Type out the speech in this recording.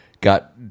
got